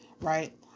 right